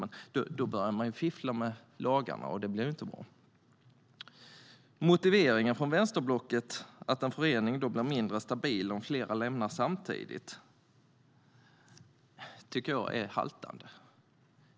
Men då börjar man ju fiffla med lagarna, och det blir inte bra. Motiveringen från vänsterblocket att en förening blir mindre stabil om flera lämnar samtidigt tycker jag haltar.